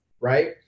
Right